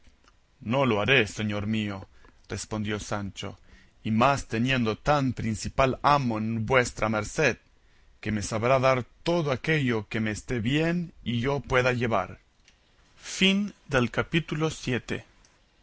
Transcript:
no lo haré señor mío respondió sancho y más teniendo tan principal amo en vuestra merced que me sabrá dar todo aquello que me esté bien y yo pueda llevar capítulo